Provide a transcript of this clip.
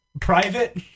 private